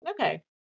Okay